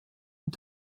und